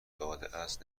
دادهاست